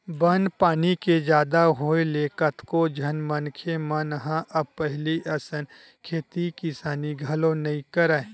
बन पानी के जादा होय ले कतको झन मनखे मन ह अब पहिली असन खेती किसानी घलो नइ करय